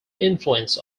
influence